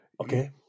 Okay